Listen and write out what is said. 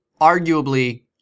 arguably